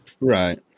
right